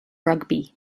rugby